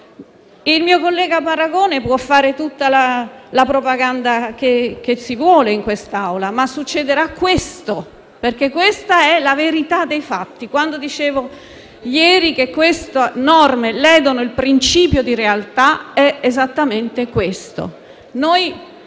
Il mio collega, senatore Paragone può fare tutta la propaganda che vuole in quest'Aula, ma succederà questo, perché questa è la verità dei fatti. Quando ieri dicevo che queste norme ledono il principio di realtà intendevo esattamente questo.